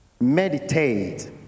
meditate